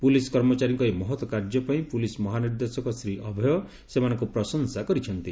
police କର୍ମଚାରୀଙ୍କ ଏହି ମହତ୍ କାର୍ଯ୍ୟ ପାଇଁ ପୁଲିସ୍ ମହାନିର୍ଦ୍ଦେଶକ ଶ୍ରୀ ଅଭୟ ସେମାନଙ୍କ ପ୍ରଶଂସା କରିଛନ୍ତି